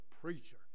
preacher